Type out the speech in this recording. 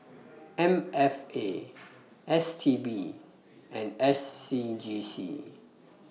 M F A S T B and S C G C